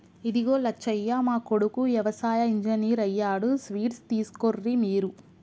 ఇదిగో లచ్చయ్య మా కొడుకు యవసాయ ఇంజనీర్ అయ్యాడు స్వీట్స్ తీసుకోర్రి మీరు